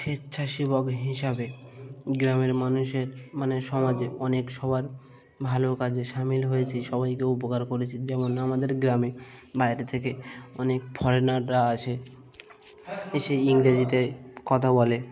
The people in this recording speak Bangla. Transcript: স্বেচ্ছাসেবক হিসাবে গ্রামের মানুষের মানে সমাজে অনেক সবার ভালো কাজে সামিল হয়েছি সবাইকে উপকার করেছি যেমন আমাদের গ্রামে বাইরে থেকে অনেক ফরেনাররা আসে এসে ইংরেজিতে কথা বলে